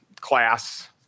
class